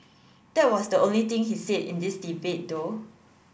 that was the only thing he's said in this debate though